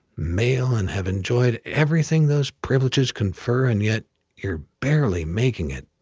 male, and have enjoyed everything those privileges confer and yet you're barely making it,